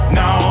no